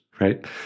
right